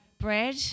bread